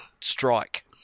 strike